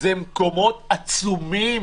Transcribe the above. אלה מקומות עצומים